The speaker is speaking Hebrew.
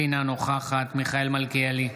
אינה נוכחת מיכאל מלכיאלי,